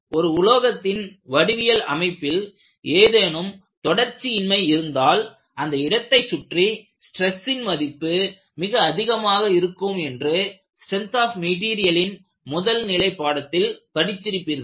ஒரு உலோகத்தின் வடிவியல் அமைப்பில் ஏதேனும் தொடர்ச்சியின்மை இருந்தால் அந்த இடத்தைச் சுற்றி ஸ்ட்ரெஸ்சின் மதிப்பு மிக அதிகமாக இருக்கும் என்று ஸ்ட்ரென்த் ஆப் மெட்டெரியலின் முதல் நிலை பாடத்தில் படித்திருப்பீர்கள்